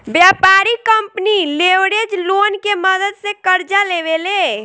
व्यापारिक company leverage loan के मदद से कर्जा लेवे ले